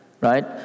right